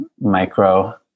micro